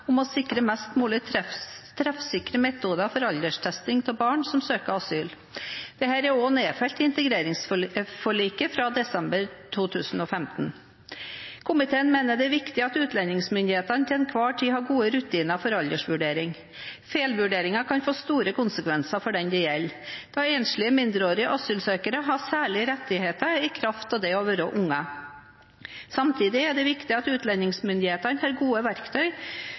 om å sikre mest mulig treffsikre metoder for alderstesting av barn som søker asyl. Dette er også nedfelt i integreringsforliket fra desember 2015. Komiteen mener det er viktig at utlendingsmyndighetene til enhver tid har gode rutiner for aldersvurdering. Feilvurderinger kan få store konsekvenser for den det gjelder, da enslige mindreårige asylsøkere har særlige rettigheter i kraft av det å være barn. Samtidig er det viktig at utlendingsmyndighetene har gode verktøy